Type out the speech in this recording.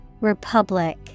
republic